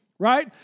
right